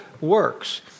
works